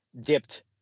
dipped